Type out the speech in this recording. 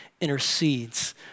intercedes